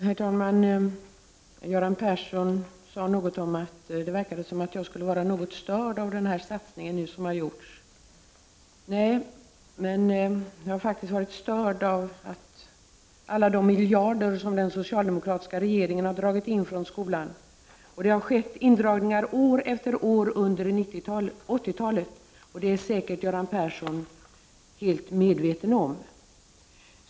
Herr talman! Göran Persson sade att det verkade som om jag skulle vara störd av den satsning som gjorts. Nej, jag har faktiskt varit störd av att den socialdemokratiska regeringen har dragit in så många miljarder från skolan. Det har skett indragningar år efter år under 80-talet. Det är säkert Göran Persson helt medveten om.